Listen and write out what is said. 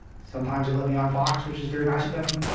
sometimes they let me on fox, which is very nice of them.